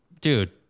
dude